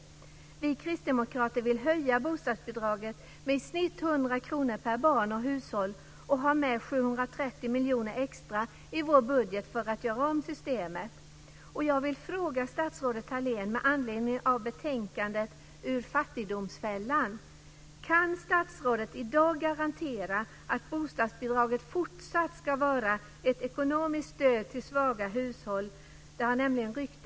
Vi kristdemokrater vill höja bostadsbidraget med i snitt 100 kr per barn och hushåll och har med 730 miljoner extra i vår budget för att göra om systemet.